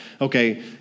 okay